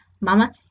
mama